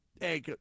hey